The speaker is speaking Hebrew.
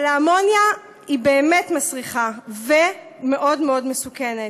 אבל האמוניה באמת מסריחה ומאוד מסוכנת.